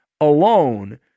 alone